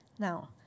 Now